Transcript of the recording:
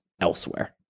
elsewhere